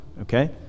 okay